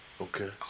Okay